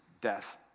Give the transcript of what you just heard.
death